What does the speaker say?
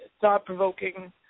thought-provoking